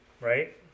Right